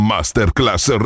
Masterclass